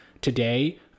today